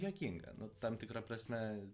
juokinga nu tam tikra prasme